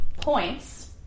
points